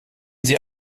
sie